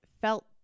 felt